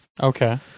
Okay